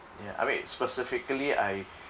ya I mean specifically I